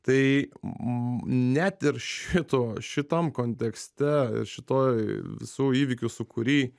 tai m net ir šito šitam kontekste šitoj visų įvykių sukury